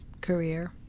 career